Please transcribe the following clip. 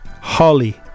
Holly